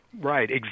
right